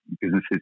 businesses